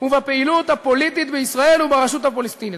ובפעילות הפוליטית בישראל וברשות הפלסטינית,